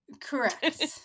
correct